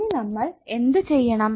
ഇനി നമ്മൾ എന്തു ചെയ്യണം